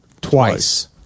twice